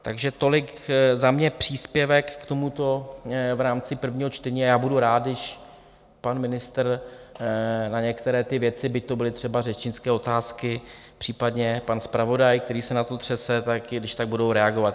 Takže tolik za mě příspěvek k tomuto v rámci prvního čtení a já budu rád, když pan ministr na některé ty věci, byť to byly třeba řečnické otázky, případně pan zpravodaj, který se na to třese, kdyžtak budou reagovat.